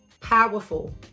Powerful